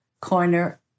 corner